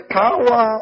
power